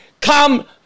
come